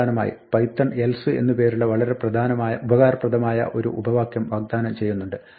അവസാനമായി Python else എന്ന് പേരുള്ള വളരെ ഉപകാരപ്രദമായ ഒരു ഉപവാക്യം വാഗ്ദാനം ചെയ്യുന്നുണ്ട്